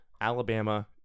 Alabama